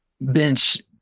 bench